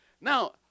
Now